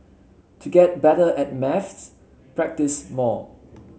to get better at maths practise more